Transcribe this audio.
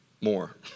more